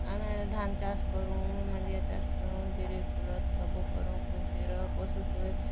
ଆମେ ଧାନ୍ ଚାଷ୍ କରୁଁ ମାଣ୍ଡିଆ ଚାଷ୍ କରୁଁ ବିରି କୁଲଥ୍ ସବୁ କରୁଁ କୃଷିର ପଶୁକେ